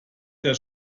der